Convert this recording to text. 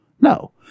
No